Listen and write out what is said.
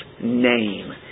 name